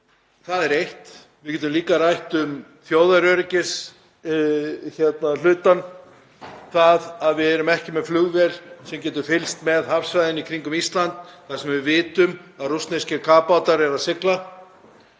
Það er eitt. Við getum líka rætt um þjóðaröryggishlutann, það að við erum ekki með flugvél sem getur fylgst með hafsvæðinu í kringum Ísland þar sem við vitum að rússneskir kafbátar eru að sigla.